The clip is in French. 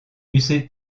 eussent